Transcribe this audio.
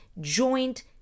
joint